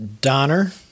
Donner